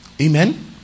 Amen